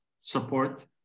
support